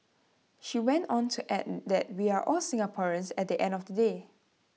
she went on to add that we are all Singaporeans at the end of the day